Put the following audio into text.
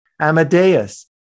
Amadeus